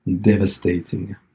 devastating